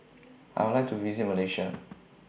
I Would like to visit Malaysia